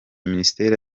minisitiri